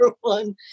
one